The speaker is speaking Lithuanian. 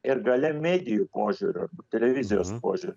ir galia medijų požiūriu televizijos požiūriu